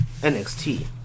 NXT